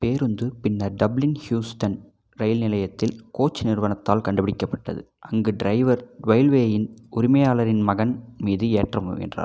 பேருந்து பின்னர் Dublin Houston ரயில் நிலையத்தில் கோச் நிறுவனத்தால் கண்டுபிடிக்கப்பட்டது அங்கு ட்ரைவர் டூயல்வேயின் உரிமையாளரின் மகன் மீது ஏற்ற முயன்றார்